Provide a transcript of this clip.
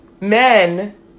men